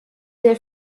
der